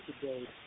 today